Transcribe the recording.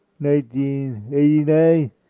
1989